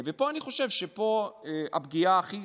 ואני חושב שפה הפגיעה הכי